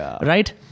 Right